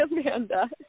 Amanda